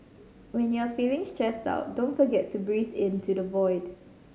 when you are feeling stressed out don't forget to breathe into the void